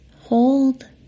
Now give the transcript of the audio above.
hold